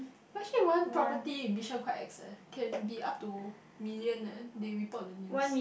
actually one property in Bishan quite ex eh can be up to million eh they report the news